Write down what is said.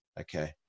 Okay